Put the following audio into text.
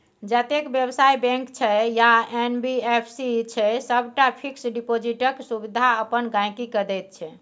जतेक बेबसायी बैंक छै या एन.बी.एफ.सी छै सबटा फिक्स डिपोजिटक सुविधा अपन गांहिकी केँ दैत छै